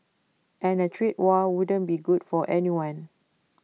and A trade war wouldn't be good for anyone